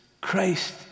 Christ